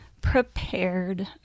prepared